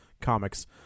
Comics